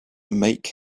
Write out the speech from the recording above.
make